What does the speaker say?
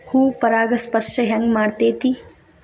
ಹೂ ಪರಾಗಸ್ಪರ್ಶ ಹೆಂಗ್ ಮಾಡ್ತೆತಿ?